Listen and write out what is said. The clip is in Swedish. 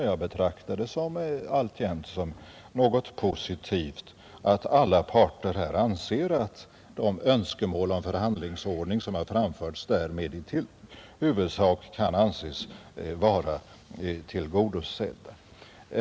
Jag betraktar det alltjämt som något positivt att alla parter här anser att de önskemål om förhandlingsordning som har framförts därmed i huvudsak kan anses vara tillgodosedda.